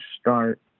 start